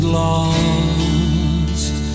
lost